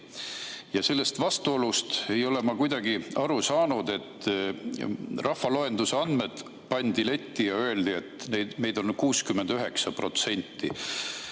Ja sellest vastuolust ei ole ma kuidagi aru saanud. Rahvaloenduse andmed pandi letti ja öeldi, et meid on 69%.